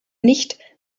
nicht